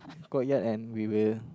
courtyard and we will